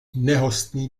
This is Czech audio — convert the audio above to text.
nehostný